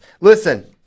Listen